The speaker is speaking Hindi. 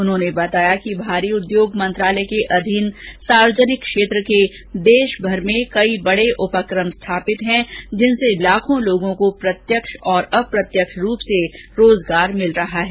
उन्होंने बताया कि भारी उद्योग मंत्रालय के अधीन सार्वजनिक क्षेत्र के देशभर में कई बडे बडे उपकम स्थापित हैं जिनसे लाखों लोगों को प्रत्यक्ष और अप्रत्यक्ष रूप से रोजगार मिल रहा है